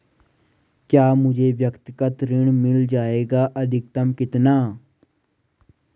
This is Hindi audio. क्या मुझे व्यक्तिगत ऋण मिल जायेगा अधिकतम कितना?